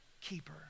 keeper